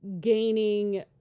gaining